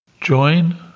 Join